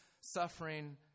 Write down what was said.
suffering